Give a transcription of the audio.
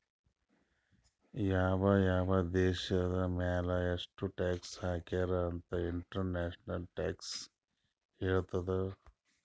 ಯಾವ್ ಯಾವ್ ದೇಶದ್ ಮ್ಯಾಲ ಎಷ್ಟ ಟ್ಯಾಕ್ಸ್ ಹಾಕ್ಯಾರ್ ಅಂತ್ ಇಂಟರ್ನ್ಯಾಷನಲ್ ಟ್ಯಾಕ್ಸ್ ಹೇಳ್ತದ್